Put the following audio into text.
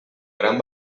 gran